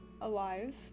alive